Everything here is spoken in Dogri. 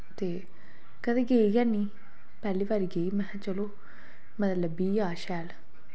ते कदें गेई गै नी पैह्ली बारी गेई महैं चलो मत लब्भी गै जा शैल